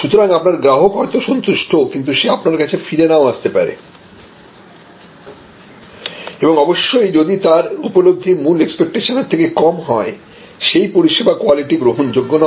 সুতরাং আপনার গ্রাহক হয়তো সন্তুষ্ট কিন্তু সে আপনার কাছে ফিরে নাও আসতে পারে এবং অবশ্যই যদি তার উপলব্ধি মূল এক্সপেক্টেশনর থেকে কম হয় সেই পরিষেবা কোয়ালিটি গ্রহণযোগ্য নয়